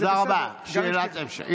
תודה רבה, שאלת המשך.